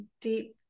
deep